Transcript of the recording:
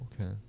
okay